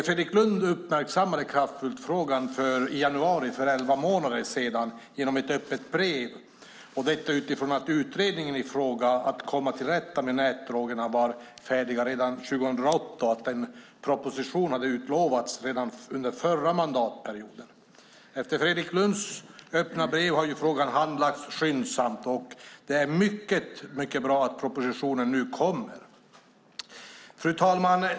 Fredrik Lundh uppmärksammade kraftfullt frågan i januari, för elva månader sedan, genom ett öppet brev utifrån att utredningen i fråga om att komma till rätta med nätdrogerna var färdig 2008 och att en proposition hade utlovats redan under den förra mandatperioden. Efter Fredrik Lundhs öppna brev har frågan behandlats skyndsamt. Det är mycket bra att propositionen nu kommer. Fru talman!